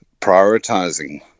prioritizing